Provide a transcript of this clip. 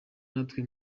natwe